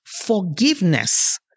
forgiveness